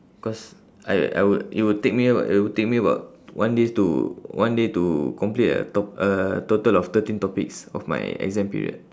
cause I I would it would take me about it would take me about one day to one day to complete a top~ a total of thirteen topics of my exam period